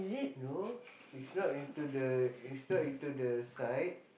no it's not into the it's not into the side